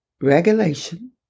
regulation